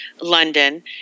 London